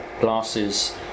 glasses